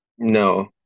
No